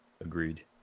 Agreed